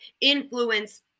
influence